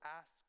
Ask